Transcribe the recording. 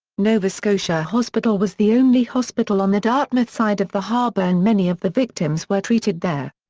nova scotia hospital was the only hospital on the dartmouth side of the harbour and many of the victims were treated there.